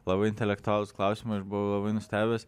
labai intelektualūs klausimai aš buvau labai nustebęs